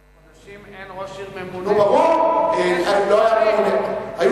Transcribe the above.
הוא צודק בדבר אחד: